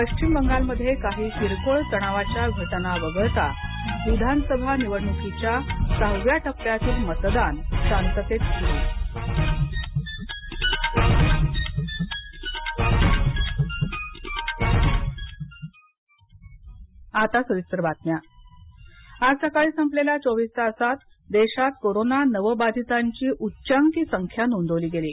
पश्चिम बंगाल मध्ये काही किरकोळ तणावाच्या घटना वगळता विधानसभा निवडणुकीच्या सहाव्या टप्प्यातील मतदान शांततेत सुरू देश कोविड आज सकाळी संपलेल्या चोवीस तासांत देशात कोरोना नवबाधितांची उच्चांकी संख्या नोंदवली गेली